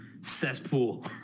cesspool